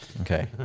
Okay